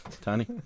Tony